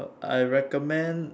I recommend